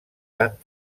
han